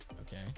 Okay